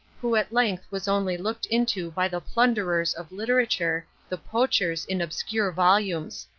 who at length was only looked into by the plunderers of literature, the poachers in obscure volumes.